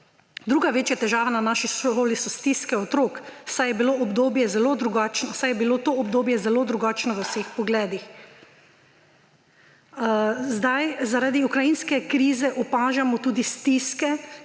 Druga večja težava na naši šoli so stiske otrok, saj je bilo obdobje zelo drugačno v vseh pogledih.« Zdaj zaradi ukrajinske krize opažamo tudi stiske,